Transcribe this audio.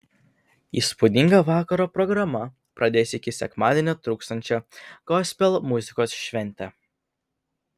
įspūdinga vakaro programa pradės iki sekmadienio truksiančią gospel muzikos šventę